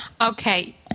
Okay